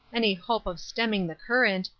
any hope of stemming the current,